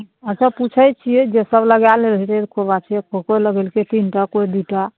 अच्छा पूछय छियै जे सब लगा लेने हेतय जे कोवीशिल्ड कोइ कोइ लगेलकय तीन टा कोइ दुइ टा